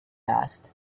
asked